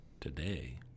Today